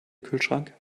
kühlschrank